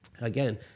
Again